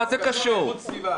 זה קשור לפנים.